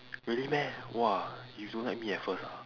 really meh !wah! you don't like me at first ah